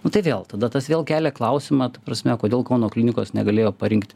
nu tai vėl tada tas vėl kelia klausimą ta prasme kodėl kauno klinikos negalėjo parinkti